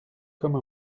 comme